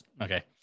okay